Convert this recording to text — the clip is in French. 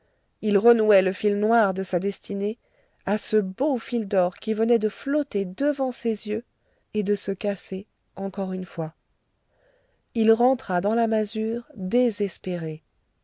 il renouait le fil noir de sa destinée à ce beau fil d'or qui venait de flotter devant ses yeux et de se casser encore une fois il rentra dans la masure désespéré